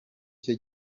cye